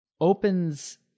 opens